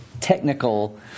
technical